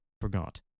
Forgot